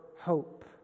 hope